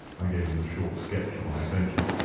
i gave him a short sketch of my adventures,